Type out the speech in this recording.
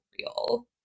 real